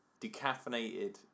decaffeinated